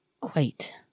quite